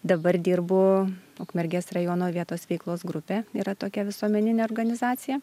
dabar dirbu ukmergės rajono vietos veiklos grupė yra tokia visuomeninė organizacija